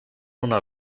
una